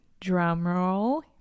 drumroll